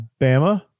Bama